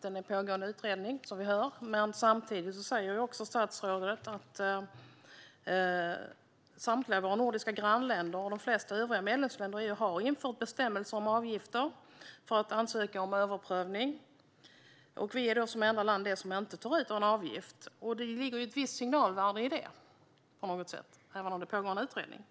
till den pågående utredningen. Samtidigt säger statsrådet att samtliga våra nordiska grannländer och de flesta övriga medlemsländer i EU har infört bestämmelser om avgifter för att ansöka om överprövning. I Norden är vi alltså det enda land som inte tar ut någon avgift. Det ligger ett visst signalvärde i det, även om det är en pågående utredning.